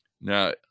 Now